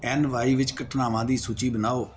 ਐਨ Y ਵਿੱਚ ਘਟਨਾਵਾਂ ਦੀ ਸੂਚੀ ਬਣਾਓ